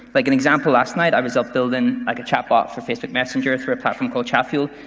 like an example, last night, i was up building, like, a chat bot for facebook messenger through a platform called chatfuel,